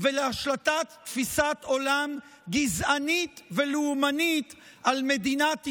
ולהשלטת תפיסת עולם גזענית ולאומנית על מדינת ישראל,